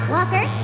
Walker